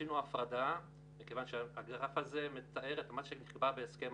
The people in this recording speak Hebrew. עשינו הפרדה מכיוון שהגרף הזה מתאר את מה שנקבע במזכר